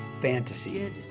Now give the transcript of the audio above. fantasy